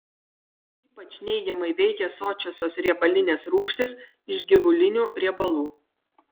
ypač neigiamai veikia sočiosios riebalinės rūgštys iš gyvulinių riebalų